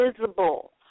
visible